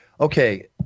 Okay